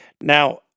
Now